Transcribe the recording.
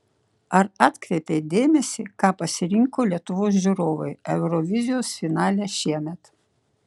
ar atkreipei dėmesį ką pasirinko lietuvos žiūrovai eurovizijos finale šiemet